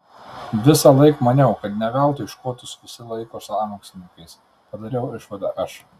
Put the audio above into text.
visąlaik maniau kad ne veltui škotus visi laiko sąmokslininkais padariau išvadą aš